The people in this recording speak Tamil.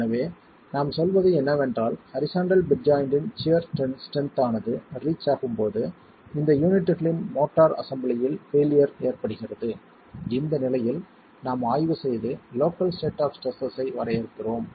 எனவே நாம் சொல்வது என்னவென்றால் ஹரிசாண்டல் பெட் ஜாய்ண்ட்டின் சியர் ஸ்ட்ரென்த் ஆனது ரீச் ஆகும்போது இந்த யூனிட்களின் மோர்ட்டார் அசெம்பிளியில் பெயிலியர் ஏற்படுகிறது இந்த நிலையில் நாம் ஆய்வு செய்து லோக்கல் ஸ்டேட் ஆப் ஸ்ட்ரெஸ்ஸஸ் ஐ வரையறுக்கிறோம்